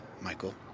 Michael